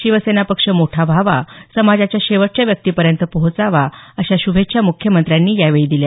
शिवसेना पक्ष मोठा व्हावा समाजाच्या शेवटच्या व्यक्तीपर्यंत पोहोचावा अशा शुभेच्छा मुख्यमंत्र्यांनी दिल्या